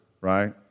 right